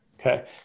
Okay